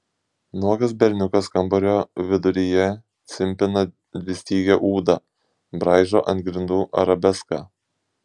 nuogas berniukas kambario viduryje cimpina dvistygę ūdą braižo ant grindų arabeską